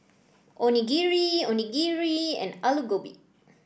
Onigiri Onigiri and Alu Gobi